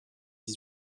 dix